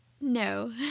No